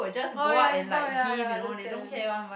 oh ya people ya ya understand